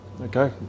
Okay